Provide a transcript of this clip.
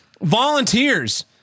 Volunteers